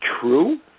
true